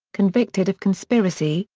convicted of conspiracy,